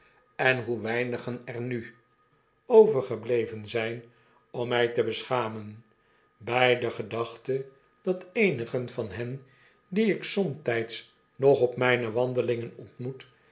en hoe weinigen er nu overgebleven zijn om mij te beschamen by de gedachte dat eenigen van hen die ik somtijds nog op mfine wandelinen ontmoet